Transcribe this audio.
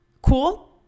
Cool